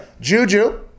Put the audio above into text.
Juju